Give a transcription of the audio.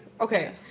Okay